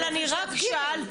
אבל אני רק שאלתי,